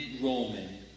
Roman